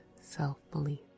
self-belief